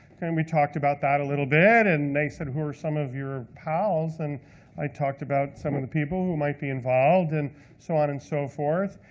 we talked about that a little bit. and they said who are some of your pals? and i talked about some of the people who might be involved, and so on and so forth.